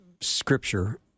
scripture